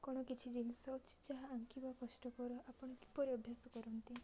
କ'ଣ କିଛି ଜିନିଷ ଅଛି ଯାହା ଆଙ୍କିବା କଷ୍ଟକର ଆପଣ କିପରି ଅଭ୍ୟାସ କରନ୍ତି